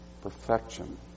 Perfection